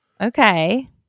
Okay